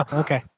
okay